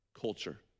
culture